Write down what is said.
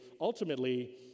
ultimately